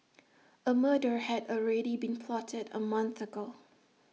A murder had already been plotted A month ago